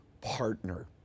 partner